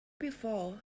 before